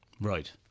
Right